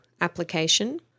application